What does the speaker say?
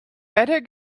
better